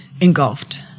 engulfed